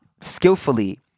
skillfully